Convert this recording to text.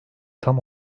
tam